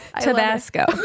Tabasco